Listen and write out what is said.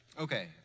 Okay